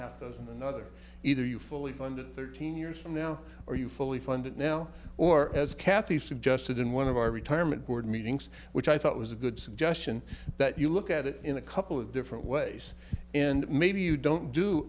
half dozen another either you fully funded thirteen years from now are you fully funded now or as cathy suggested in one of our retirement board meetings which i thought was a good suggestion that you look at it in a couple of different ways and maybe you don't do